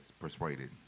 persuaded